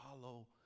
follow